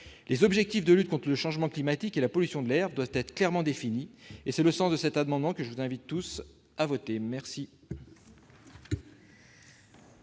Les objectifs de lutte contre le changement climatique et la pollution de l'air doivent être clairement définis. C'est le sens de cet amendement que je vous invite tous, mes chers